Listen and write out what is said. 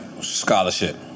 scholarship